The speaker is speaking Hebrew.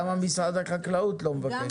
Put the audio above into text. למה משרד החקלאות לא מבקש?